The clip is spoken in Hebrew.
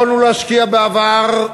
יכולנו להשקיע בעבר,